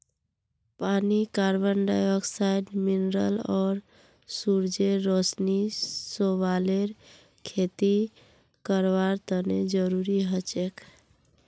पानी carbon dioxide mineral आर सूरजेर रोशनी शैवालेर खेती करवार तने जरुरी हछेक